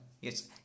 yes